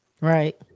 Right